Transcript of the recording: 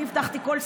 אני הבטחתי כל סיוע,